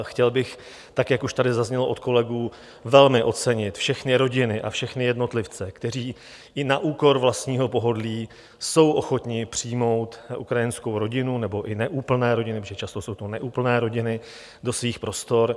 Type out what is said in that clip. Chtěl bych, tak jak už tady zaznělo od kolegů, velmi ocenit všechny rodiny a všechny jednotlivce, kteří i na úkor vlastního pohodlí jsou ochotni přijmout ukrajinskou rodinu, nebo i neúplné rodiny, protože často to jsou neúplné rodiny, do svých prostor.